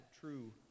true